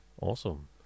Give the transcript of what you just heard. awesome